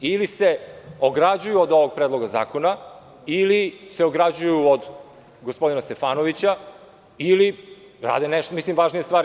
Ili se ograđuju od ovog predloga zakona, ili se ograđuju od gospodina Stefanovića, ili rade važnije stvari.